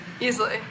Easily